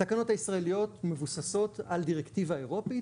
התקנות הישראליות מבוססות על דירקטיבה אירופית